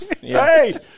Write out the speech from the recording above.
Hey